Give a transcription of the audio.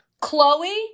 Chloe